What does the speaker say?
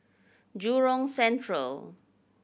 Jurong Central